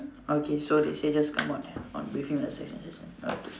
okay so they say just come out on briefing okay